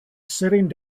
sitting